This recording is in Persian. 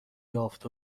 یافت